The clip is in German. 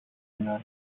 hinein